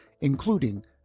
including